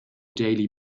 daily